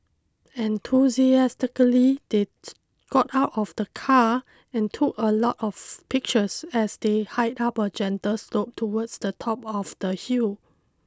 enthusiastically they got out of the car and took a lot of pictures as they hiked up a gentle slope towards the top of the hill